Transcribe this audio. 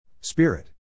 Spirit